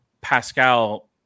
Pascal